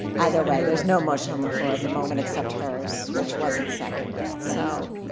either way, there's no motion on the floor at the moment except hers, which wasn't seconded, so.